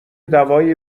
دوای